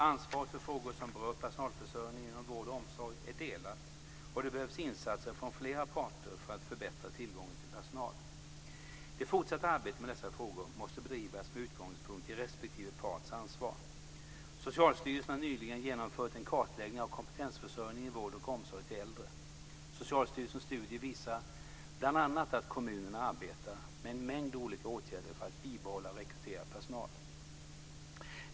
Ansvaret för frågor som berör personalförsörjningen inom vård och omsorg är delat, och det behövs insatser från flera parter för att förbättra tillgången till personal. Det fortsatta arbetet med dessa frågor måste bedrivas med utgångspunkt i respektive parts ansvar. Socialstyrelsen har nyligen genomfört en kartläggning av kompetensförsörjningen i vård och omsorg till äldre. Socialstyrelsens studie visar bl.a. att kommunerna arbetar med en mängd olika åtgärder för att bibehålla och rekrytera personal.